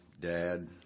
dad